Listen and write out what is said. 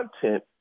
content